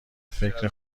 فکر